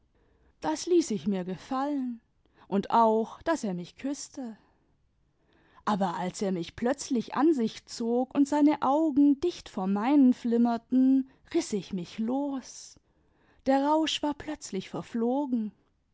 das ließ ich mir gefallen und auch daß er mich küßte aber als er mich plötzlich an sich zog imd seine augen dicht vor meinen flimmerten riß ich mich los der rausch war plötzlich verflogen